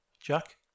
Jack